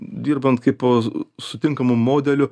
dirbant kaipo su tinkamu modeliu